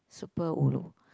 super ulu